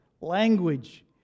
language